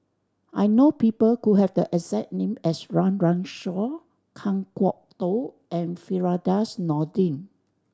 I know people who have the exact name as Run Run Shaw Kan Kwok Toh and Firdaus Nordin